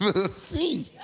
the sea.